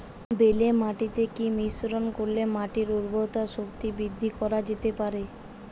বেলে মাটিতে কি মিশ্রণ করিলে মাটির উর্বরতা শক্তি বৃদ্ধি করা যেতে পারে?